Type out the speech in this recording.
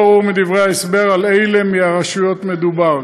מדברי ההסבר לא ברור על אילו מהרשויות מדובר.